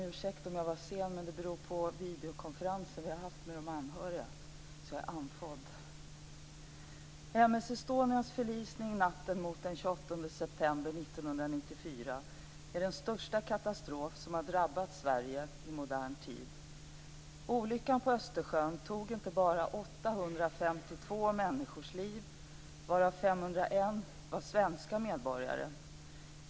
Fru talman! M/S Estonias förlisning natten mot den 28 september 1994 är den största katastrof som har drabbat Sverige i modern tid. Olyckan på Östersjön tog inte bara 852 människors liv, varav 501 var svenska medborgare.